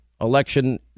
election